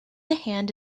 hand